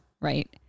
right